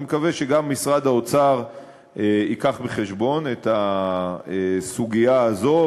אני מקווה שגם משרד האוצר יביא בחשבון את הסוגיה הזאת,